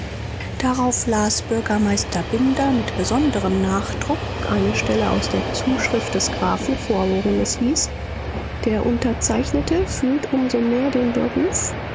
darauf las bürgermeister binder mit besonderem nachdruck eine stelle aus der zuschrift des grafen vor worin es hieß der unterzeichnete fühlt um so mehr den beruf